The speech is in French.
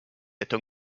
êtes